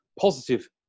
positive